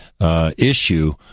issue